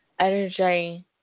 Energy